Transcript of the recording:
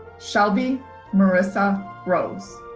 shelbie marissa rose.